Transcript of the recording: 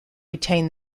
retain